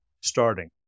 starting